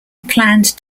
planned